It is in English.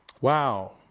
Wow